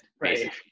right